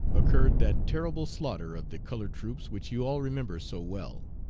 occurred that terrible slaughter of the colored troops which you all remember so well.